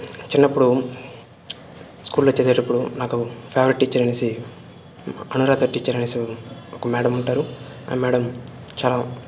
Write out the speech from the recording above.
చిన్నప్పుడు స్కూల్లో చదివేటప్పుడు నాకు ఫెవరెట్ టీచర్ అనేసి అనురాధ టీచర్ అనేసి ఒక మేడమ్ ఉంటారు ఆ మేడమ్ చాలా